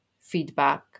feedback